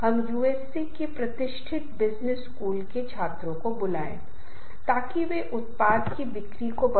command group का एक उदाहरण एक बाजार अनुसंधान फर्म के सीईओ और अनुसंधान सहयोगी उसके या उसके अधीन हैं